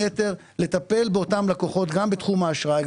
לטפל באותם לקוחות גם בתחום האשראי,